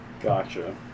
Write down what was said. Gotcha